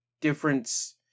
difference